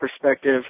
perspective